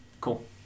Cool